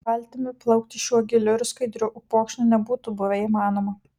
valtimi plaukti šiuo giliu ir skaidriu upokšniu nebūtų buvę įmanoma